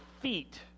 feet